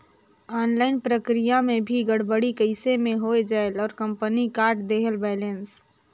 Online प्रक्रिया मे भी गड़बड़ी कइसे मे हो जायेल और कंपनी काट देहेल बैलेंस?